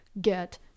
get